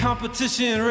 Competition